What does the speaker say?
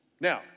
Now